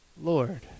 Lord